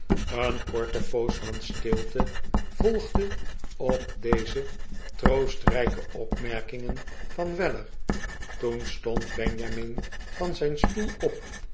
een korte poos van stilte volgde op deze troostrijke opmerkingen van weller toen stond benjamin van zijn stoel op